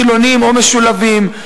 חילוניים או משולבים,